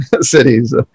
cities